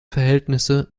verhältnisse